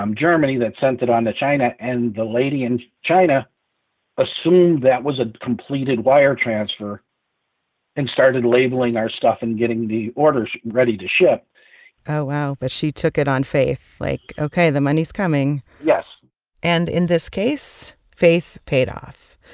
um germany that sent it on to china. and the lady in china assumed that was a completed wire transfer and started labeling our stuff and getting the orders ready to ship oh, wow. but she took it on faith. like, ok, the money's coming yes and in this case, faith paid off.